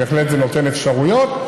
זה בהחלט נותן אפשרויות.